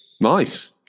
Nice